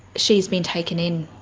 she has been taken in.